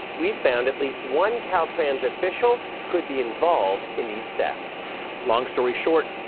we found at least one caltrans official could be involved in these thefts long story short,